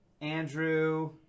Andrew